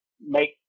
make